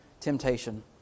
temptation